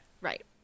Right